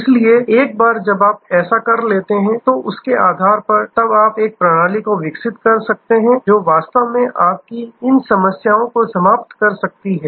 इसलिए एक बार जब आप ऐसा कर लेते हैं तो उसके आधार पर तब आप एक प्रणाली को विकसित कर सकते हैं जो वास्तव में आपकी इन समस्याओं को समाप्त कर सकती है